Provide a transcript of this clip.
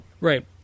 Right